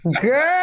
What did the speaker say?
girl